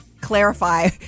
clarify